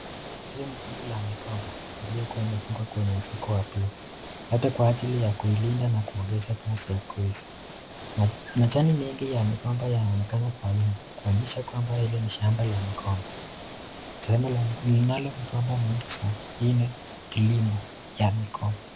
Hili ni kundi la migomba iliyokuwa imefungwa kwa mifuko wa buluu, labda kwa ajili ya kuilinda na kuongeza kasi ya kuiva, majani mengi ya migomba yanaonekana kwa nyuma ,kuonyesha kwamba hili ni shamba la migomba, shamba linalo migomba mingi sana, hii ni kilimo ya migomba.